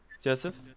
Joseph